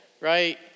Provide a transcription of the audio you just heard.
right